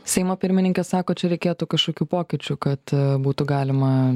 seimo pirmininkė sako čia reikėtų kažkokių pokyčių kad būtų galima